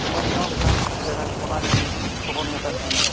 ᱧᱮᱞᱡᱚᱝ ᱞᱮᱠᱟᱱ ᱡᱟᱜᱟᱠᱚ ᱚᱱᱟᱜᱮᱞᱤᱧ ᱠᱷᱚᱵᱚᱨᱞᱤᱧ ᱦᱟᱛᱟᱣᱮᱫ ᱛᱮᱦᱮᱱᱟ